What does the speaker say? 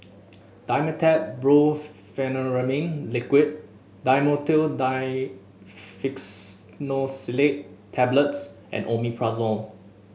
Dimetapp Brompheniramine Liquid Dhamotil Diphenoxylate Tablets and Omeprazole